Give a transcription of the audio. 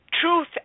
truth